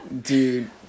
Dude